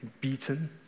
beaten